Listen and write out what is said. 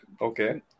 Okay